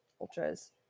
ultras